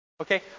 Okay